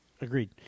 Agreed